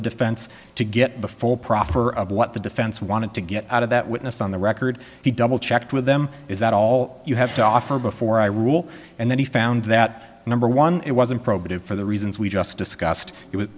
the defense to get the full proffer of what the defense wanted to get out of that witness on the record he double checked with them is that all you have to offer before i rule and then he found that number one it wasn't probative for the reasons we just discussed it